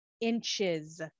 inches